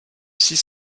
six